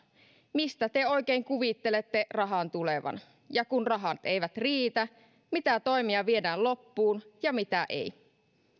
mistä te oikein kuvittelette rahan tulevan ja kun rahat eivät riitä mitä toimia viedään loppuun ja mitä ei